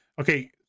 Okay